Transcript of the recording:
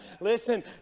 Listen